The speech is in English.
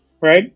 Right